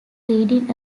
reading